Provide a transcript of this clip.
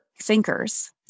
thinkers